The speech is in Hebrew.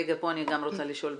פה אני רוצה לשאול,